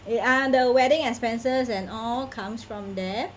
and ah the wedding expenses and all comes from there